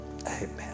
Amen